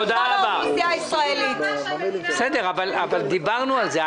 זה בשביל מה שהמדינה לא נותנת --- דיברנו על זה.